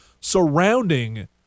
surrounding